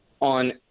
on